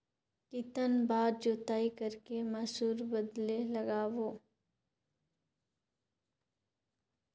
कितन बार जोताई कर के मसूर बदले लगाबो?